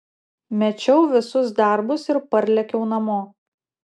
mečiau visus darbus ir parlėkiau namo